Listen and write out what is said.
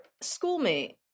schoolmate